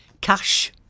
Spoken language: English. cash